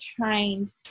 trained